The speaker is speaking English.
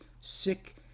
sick